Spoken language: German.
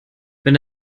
wenn